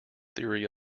theory